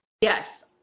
Yes